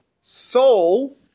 soul